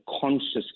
conscious